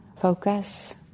focus